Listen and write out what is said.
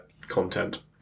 content